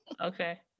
Okay